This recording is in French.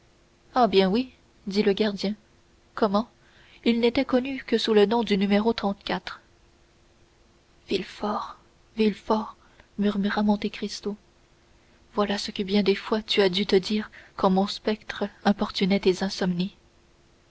ah bien oui dit le gardien comment il n'était connu que sous le nom du et fort il fort murmura monte cristo voilà ce que bien des fois tu as dû te dire quand mon spectre importunait tes insomnies